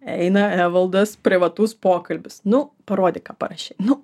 eina evaldas privatus pokalbis nu parodyk ką parašei nu